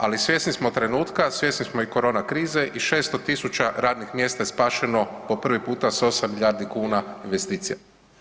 Ali svjesni smo trenutka, svjesni smo i korona krize i 600 000 radnih mjesta je spašeno po prvi puta s 8 milijardi kuna investicija.